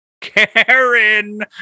Karen